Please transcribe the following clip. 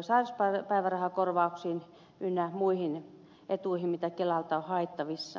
sairauspäivärahakorvauksiin että muihin etuihin mitä kelalta on haettavissa